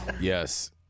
Yes